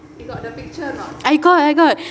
I got I got